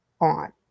on